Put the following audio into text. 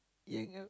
yank~ uh